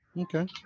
Okay